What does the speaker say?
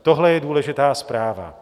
Tohle je důležitá zpráva.